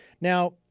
Now